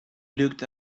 looked